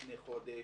לפני חודש,